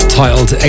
titled